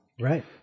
Right